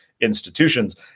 institutions